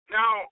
now